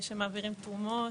שמעבירים תרומות,